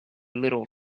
little